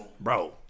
Bro